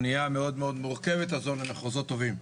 האונייה המורכבת הזאת למחוזות טובים.